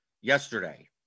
Yesterday